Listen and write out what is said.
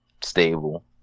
stable